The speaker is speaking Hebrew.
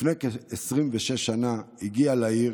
לפני כ-26 שנה הגיע לעיר